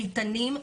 איתנים,